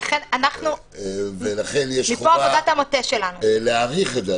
לכן, יש חובה להאריך את זה.